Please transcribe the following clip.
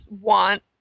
want